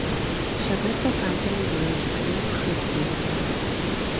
šią garsią frazę lydėjo džiaugsmingų šauksmų choras